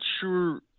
sure